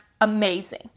amazing